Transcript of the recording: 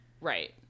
Right